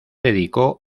dedicó